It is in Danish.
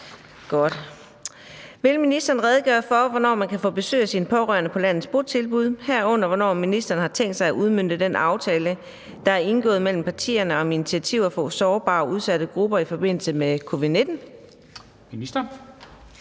Vil ministeren redegøre for, hvornår man kan få besøg af sine pårørende på landets botilbud, herunder hvornår ministeren har tænkt sig at udmønte den aftale, der er indgået mellem partierne, om initiativer for sårbare og udsatte grupper i forbindelse med covid-19?